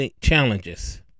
challenges